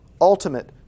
Ultimate